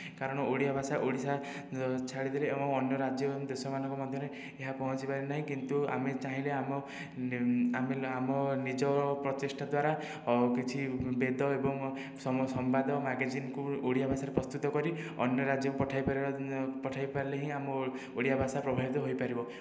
କାରଣ ଓଡ଼ିଆ ଭାଷା ଓଡ଼ିଶା ଛାଡ଼ିଦେଲେ ଏବଂ ଅନ୍ୟ ରାଜ୍ୟ ଏବଂ ଦେଶମାନଙ୍କ ମଧ୍ୟରେ ଏହା ପହଞ୍ଚି ପାରେନାହିଁ କିନ୍ତୁ ଆମେ ଚାହିଁଲେ ଆମ ଆମେ ଆମ ନିଜ ପ୍ରଚେଷ୍ଟା ଦ୍ୱାରା ଆଉ କିଛି ବେଦ ଏବଂ ସମ୍ବାଦ ମାଗାଜିନ୍କୁ ଓଡ଼ିଆ ଭାଷାରେ ପ୍ରସ୍ତୁତ କରି ଅନ୍ୟ ରାଜ୍ୟକୁ ପଠାଇ ପାରିବା ପଠାଇ ପାରିଲେ ହିଁ ଆମ ଓଡ଼ିଆଭାଷା ପ୍ରଭାବିତ ହୋଇପାରିବ